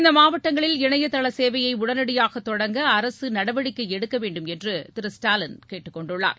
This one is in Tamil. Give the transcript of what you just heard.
இந்த மாவட்டங்களில் இணையதள சேவையை உடனடியாக தொடங்க அரசு நடவடிக்கை எடுக்கவேண்டும் என்று திரு ஸ்டாலின் கேட்டுக்கொண்டுள்ளார்